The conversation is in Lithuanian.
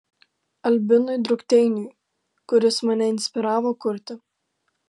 albinui drukteiniui kuris mane inspiravo kurti